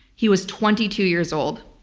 he was twenty two years old,